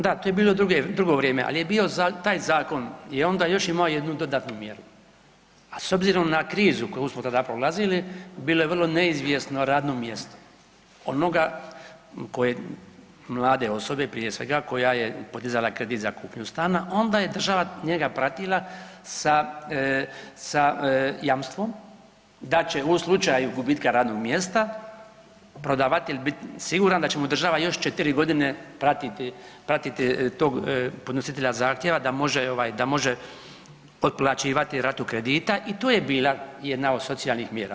Da, to je bilo drugo vrijeme, ali je bio taj zakon i onda je još imao jednu dodatnu mjeru, a s obzirom na krizu koju smo tada prolazili, bilo je vrlo neizvjesno radno mjesto onoga tko je, mlade osobe, prije svega, koja je podizala kredit za kupnju stana, onda je država njega pratila sa jamstvom da će u slučaju gubitka radnog mjesta prodavati ili bit siguran da će mu država još 4 godine pratiti tog podnositelja zahtjeva da može, da može otplaćivati ratu kredita i to je bila jedna od socijalnih mjera.